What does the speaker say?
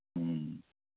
ਹਮ